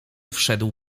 wszedł